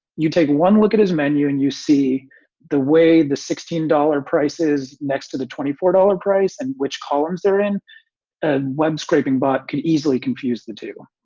you take one look at his menu and you see the way the sixteen dollar prices next to the twenty four dollar price in and which columns are in ah web scraping but could easily confuse the two.